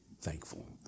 thankful